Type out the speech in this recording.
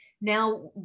now